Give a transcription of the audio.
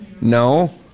no